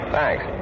Thanks